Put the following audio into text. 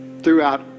throughout